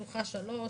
שלוחה שלוש.